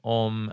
om